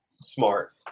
smart